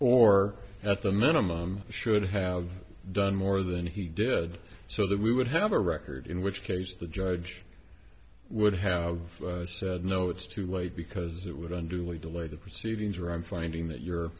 or at the minimum should have done more than he did so that we would have a record in which case the judge would have said no it's too late because it would underlay delay the proceedings or i'm finding that you